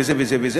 וזה וזה וזה,